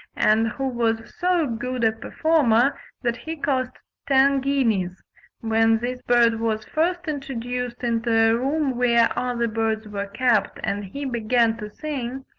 and who was so good a performer that he cost ten guineas when this bird was first introduced into a room where other birds were kept and he began to sing,